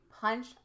punch